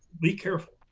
be careful.